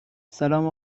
سلام